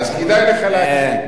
אז כדאי לך להקשיב.